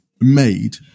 made